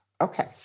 Okay